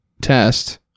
test